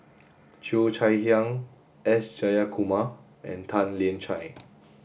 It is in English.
Cheo Chai Hiang S Jayakumar and Tan Lian Chye